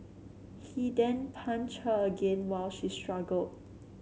he then punched her again while she struggled